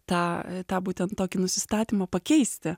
tą tą būtent tokį nusistatymą pakeisti